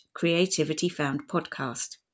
creativityfoundpodcast